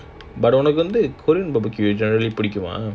but ஒனக்கு வந்து:onakku wanthu korean barbecue generally புடிக்குமா:pudikkuma